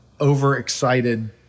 overexcited